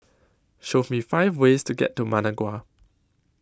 Show Me five ways to get to Managua